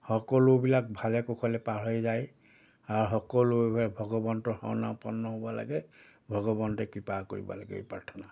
সকলোবিলাক ভালে কৌশলে পাৰ হৈ যায় আৰু সকলোৰে ভগৱন্তৰ হ'ব লাগে ভগৱন্ত কৃপা কৰিব লাগে এই প্ৰাৰ্থনা